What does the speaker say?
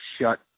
shut